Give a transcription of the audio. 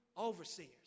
overseers